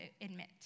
admit